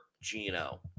Gino